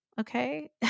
okay